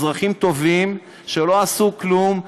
אזרחים טובים שלא עשו כלום,